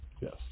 yes